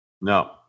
No